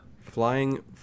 Flying